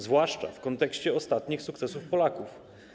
Zwłaszcza w kontekście ostatnich sukcesów Polaków.